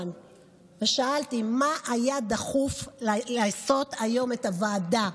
ושאלתי מה היה דחוף לעשות היום את הוועדה.